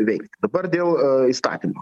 veikti dabar dėl įstatymo